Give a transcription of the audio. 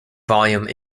volume